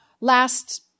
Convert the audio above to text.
last